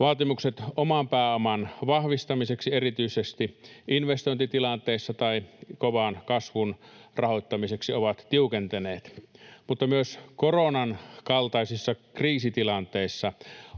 Vaatimukset oman pääoman vahvistamiseksi erityisesti investointitilanteissa tai kovan kasvun rahoittamiseksi ovat tiukentuneet, mutta myös koronan kaltaisissa kriisitilanteissa